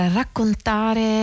raccontare